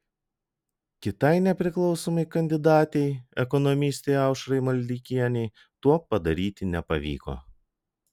kitai nepriklausomai kandidatei ekonomistei aušrai maldeikienei to padaryti nepavyko